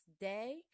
day